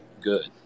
good